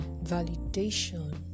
validation